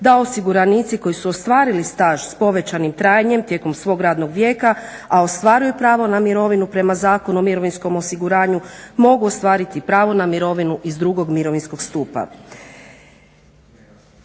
da osiguranici koji su ostvarili staž s povećanim trajanje tijekom svog radnog vijeka, a ostvaruju pravo na mirovinu prema Zakonu o mirovinskom osiguranju, mogu ostvariti pravo na mirovinu iz drugog mirovinskog stupa.